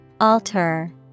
Alter